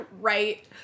right